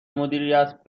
مدیریت